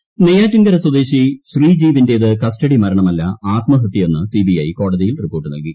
I Neyyattinkara സ്വദേശി ശ്രീജിവിന്റേത് കസ്റ്റഡിമരണമല്ല ആത്മഹത്യയെന്ന് സിബിഐ കോടതിയിൽ റിപ്പോർട്ട് നൽകി